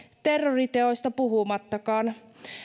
terroriteoista puhumattakaan